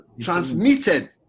transmitted